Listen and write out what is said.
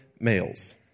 Males